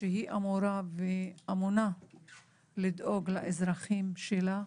שאמונה על לדאוג לאזרחים שלה,